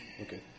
Okay